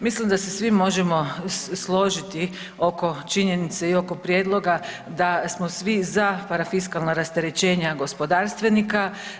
Mislim da se svi možemo složiti oko činjenice i oko prijedloga da smo svi za parafiskalna rasterećenja gospodarstvenika.